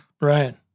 Right